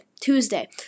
Tuesday